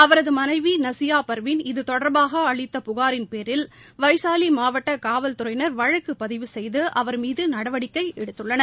அவரது மனைவி நாஸியா பரிவீன் இது தொடர்பாக அளித்த புகாரின் பேரில் வைசாலி மாவட்ட காவல்துறையினர் வழக்கு பதிவு செய்து அவர் மீது நடவடிக்கை எடுத்துள்ளனர்